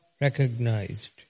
recognized